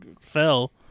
fell